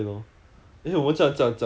讲完 !aiya! one minute